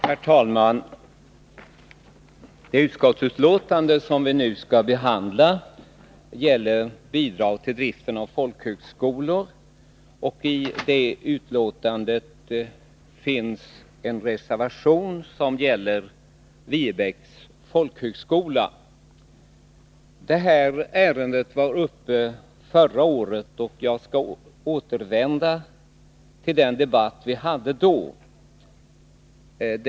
Herr talman! Det utskottsbetänkande som vi nu skall behandla gäller bidrag till driften av folkhögskolor, och i betänkandet finns en reservation som gäller Viebäcks folkhögskola. Detta ärende var uppe till behandling förra året, och jag skall återvända till den debatt vi hade då.